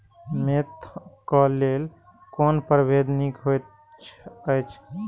Mentha क लेल कोन परभेद निक होयत अछि?